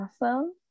Awesome